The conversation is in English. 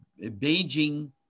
beijing